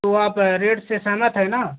तो आप रेट से सहमत है ना